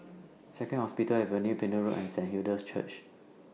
Second Hospital Avenue Pender Road and Saint Hilda's Church